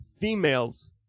females